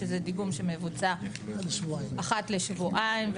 שזה דיגום שמבוצע אחת לשבועיים.